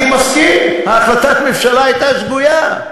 אני מסכים, החלטת הממשלה הייתה שגויה.